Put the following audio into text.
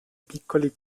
piccoli